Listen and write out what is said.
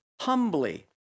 humbly